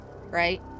right